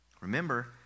Remember